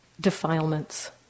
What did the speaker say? defilements